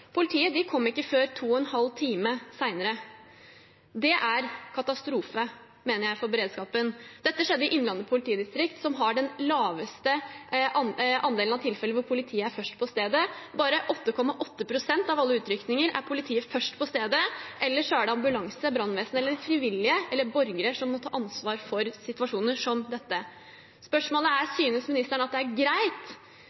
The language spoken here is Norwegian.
Politiet kom ikke før to og en halv time senere. Det mener jeg er en katastrofe for beredskapen. Dette skjedde i Innlandet politidistrikt, som har den laveste andelen av tilfeller der politiet er først på stedet. Bare i 8,8 pst. av alle utrykninger er politiet først på stedet – ellers er det ambulanse, brannvesen eller frivillige borgere som må ta ansvar i situasjoner som dette. Spørsmålet er: